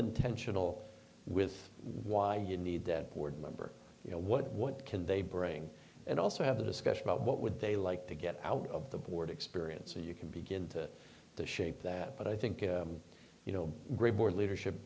intentional with why you need that board member you know what what can they bring and also have a discussion about what would they like to get out of the board experience so you can begin to to shape that but i think you know